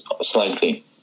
slightly